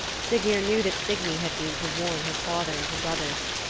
siggeir knew that signy had been to warn her father and her brothers.